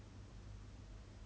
versus like I actually